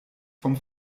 vom